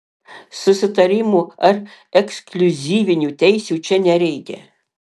susitarimų ar ekskliuzyvinių teisių čia nereikia